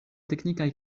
teknikaj